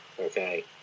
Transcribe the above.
okay